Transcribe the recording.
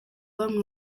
bamwe